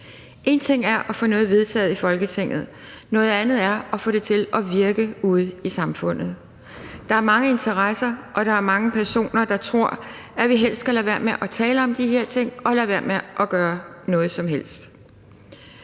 En ting er at få noget vedtaget i Folketinget, noget andet er at få det til at virke ude i samfundet. Der er mange interesser, og der er mange personer, der tror, at vi helst skal lade være med at tale om de her ting og lade være med at gøre noget som helst.